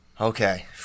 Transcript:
Okay